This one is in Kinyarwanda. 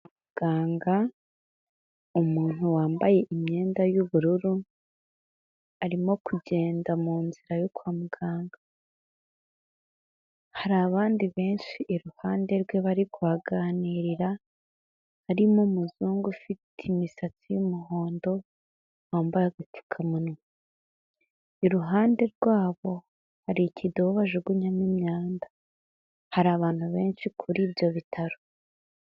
Umuganga, umuntu wambaye imyenda y'ubururu arimo kujyenda munzira yo kwa muganga. Hari abandi benshi, iruhande rwe barimo baraganira, harimo umuzungu ufite imisatsi y'umuhondo wambaye agapfukamunwa. Iruhande rwabo hari ikidobo bajugunyamo imyanda. Hari abantu benshi kuri ibyo bitaro.